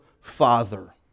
Father